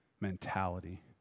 mentality